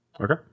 Okay